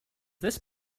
this